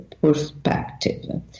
perspective